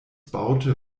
baute